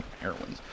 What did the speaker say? heroin